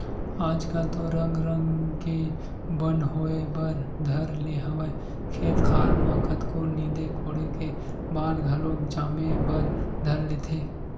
आजकल तो रंग रंग के बन होय बर धर ले हवय खेत खार म कतको नींदे कोड़े के बाद घलोक जामे बर धर लेथे